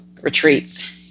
retreats